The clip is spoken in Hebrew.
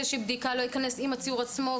בדיקה לאו דווקא ייכנס עם הציור עצמו,